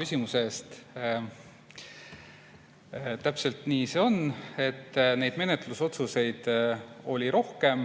küsimuse eest! Täpselt nii see on, et neid menetlusotsuseid oli rohkem.